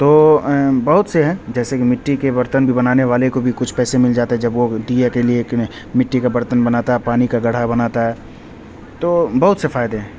تو بہت سے ہیں جیسے کہ مٹی کے برتن بھی بنانے والے کو بھی کچھ پیسے مل جاتے ہیں جب وہ دیا کے لیے مٹی کے برتن بناتا ہے پانی کا گڑھا بناتا ہے تو بہت سے فائدے ہیں